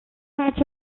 hatch